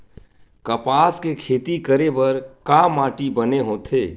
कपास के खेती करे बर का माटी बने होथे?